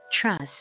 trust